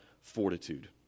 fortitude